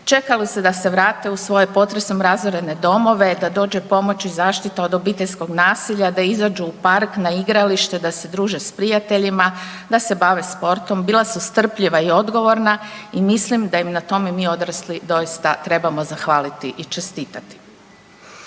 čekala su da se vrate u svoje potresom razorene domove, da dođe pomoć i zaštita od obiteljskog nasilja, da izađu u park, na igralište da se druže s prijateljima, da se bave sportom. Bila su strpljiva i odgovorna i mislim da im na tome mi odrasli trebamo zahvaliti i čestitati.